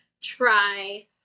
try